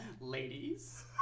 ladies